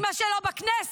אימא שלו בכנסת.